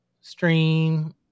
stream